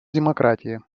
демократии